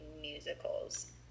musicals